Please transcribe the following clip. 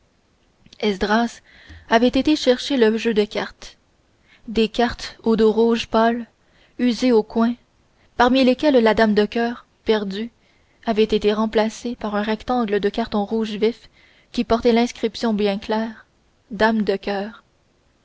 esdras avait été chercher le jeu de cartes des car tes au dos rouge pâle usées aux coins parmi lesquelles la dame de coeur perdue avait été remplacée par un rectangle de carton rouge vif qui portait l'inscription bien claire dame de coeur